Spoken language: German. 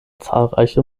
zahlreiche